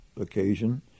occasion